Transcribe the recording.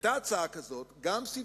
היתה הצעה כזאת, גם סבסוד